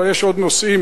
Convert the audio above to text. אבל יש עוד נושאים.